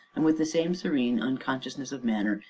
and, with the same serene unconsciousness of manner,